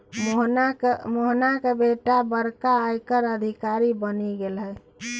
मोहनाक बेटा बड़का आयकर अधिकारी बनि गेलाह